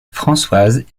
françoise